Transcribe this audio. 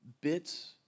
bits